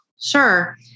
Sure